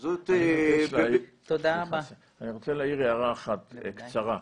אני רוצה להעיר הערה אחת קצרה.